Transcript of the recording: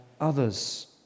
others